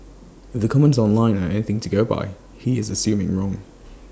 if the comments online are anything to go by he is assuming wrong